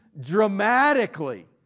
dramatically